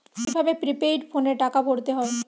কি ভাবে প্রিপেইড ফোনে টাকা ভরা হয়?